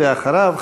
ואחריו,